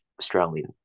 Australian